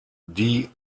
die